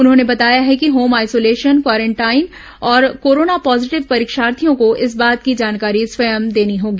उन्होंने बताया कि होम आइसोलेशन क्वारेंटाइन और कोरोना पॉजीटिव परीक्षार्थियों को इस बात की जानकारी स्वयं देनी होगी